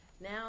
now